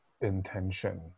intention